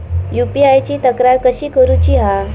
UPI ची तक्रार कशी करुची हा?